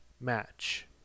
match